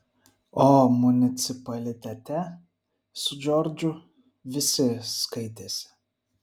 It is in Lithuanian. o municipalitete su džordžu visi skaitėsi